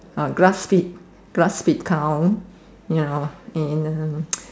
uh grass feed grass feed cow you know and um